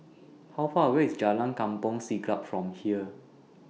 How Far away IS Jalan Kampong Siglap from here